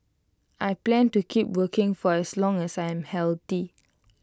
I plan to keep working for as long as I am healthy